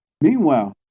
Meanwhile